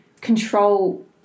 control